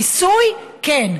מיסוי, כן.